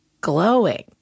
glowing